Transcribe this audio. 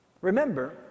Remember